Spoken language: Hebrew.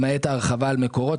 למעט ההרחבה על מקורות,